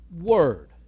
Word